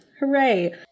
Hooray